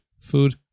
food